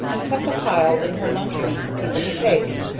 and kept a pile in her lunch room for people to take.